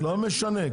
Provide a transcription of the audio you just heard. לא משנה.